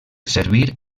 servir